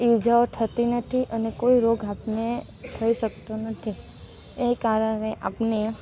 ઇજાઓ થતી નથી અને કોઈ રોગ આપણને થઈ શકતો નથી એ કારણે આપણને